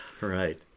right